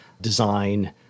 design